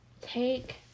take